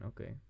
okay